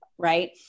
right